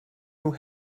nhw